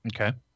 Okay